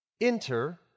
enter